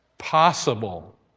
Possible